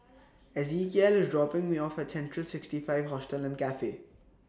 Ezekiel IS dropping Me off At Central sixty five Hostel and Cafe